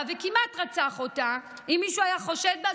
בה וכמעט רצח אותה אם מישהו היה חושד בה,